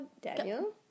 Daniel